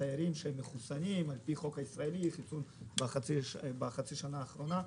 תיירים מחוסנים בחצי השנה האחרונה,